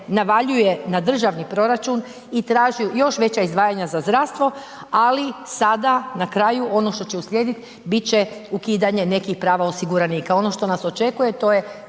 navaljuje na državni proračun i traži još veća izdvajanja za zdravstvo ali sada na kraju ono što će uslijedit, bit će ukidanje nekih prava osiguranika. Ono što nas očekuje, to je